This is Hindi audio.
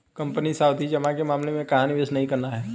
कंपनी सावधि जमा के मामले में कहाँ निवेश नहीं करना है?